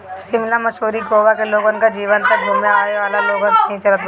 शिमला, मसूरी, गोवा के लोगन कअ जीवन तअ घूमे आवेवाला लोगन से ही चलत बाटे